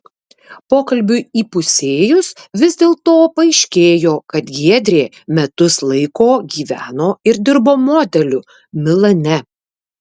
pokalbiui įpusėjus vis dėlto paaiškėjo kad giedrė metus laiko gyveno ir dirbo modeliu milane